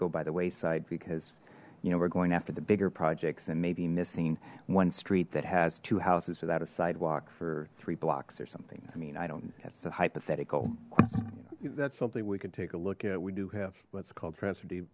go by the wayside because you know we're going after the bigger projects and maybe missing one street that has two houses without a sidewalk for three blocks or something i mean i don't that's a hypothetical that's something we can take a look at we do have what's called tra